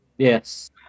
Yes